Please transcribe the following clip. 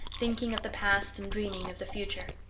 thinking of the past and dreaming of the future.